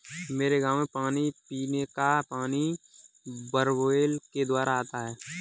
मेरे गांव में पीने का पानी बोरवेल के द्वारा आता है